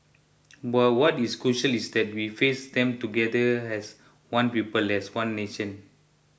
but what is crucial is that we face them together as one people as one nation